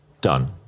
done